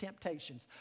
temptations